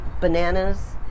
bananas